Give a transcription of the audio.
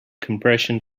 compression